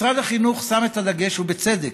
משרד החינוך שם היום את הדגש, ובצדק,